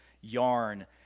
yarn